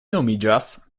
nomiĝas